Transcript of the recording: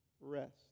rest